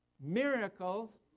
miracles